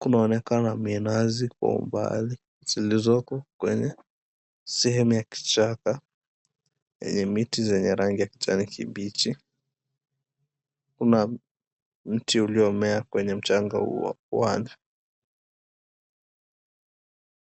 Kunaonekana minazi kwa umbali iliyoko kwenye sehemu ya kichaka chenye miti yenye rangi ya kijani kibichi. Kuna mti uliomea kwenye mchanga huo.